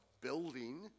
building